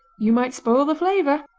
you might spoil the flavor.